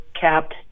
capped